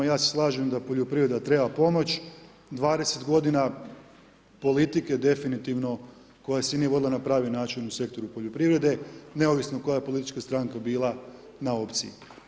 Ja se slažem da poljoprivreda treba pomoć, 20 godina politike definitivno koja se nije vodila na pravi način u sektoru poljoprivrede neovisno koja je politička stranka bila na opciji.